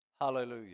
Hallelujah